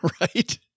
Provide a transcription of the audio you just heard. right